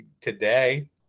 today